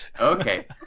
Okay